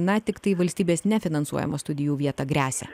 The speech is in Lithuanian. na tiktai valstybės nefinansuojama studijų vieta gresia